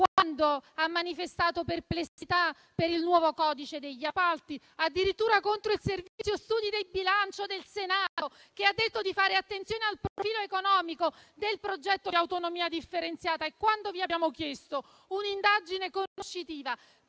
quando ha manifestato perplessità sul nuovo codice degli appalti, e addirittura contro il Servizio studi e il Servizio del bilancio del Senato, che hanno detto di fare attenzione al profilo economico del progetto di autonomia differenziata. Quando vi abbiamo chiesto un'indagine conoscitiva